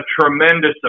tremendous